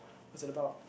was it about